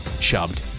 chubbed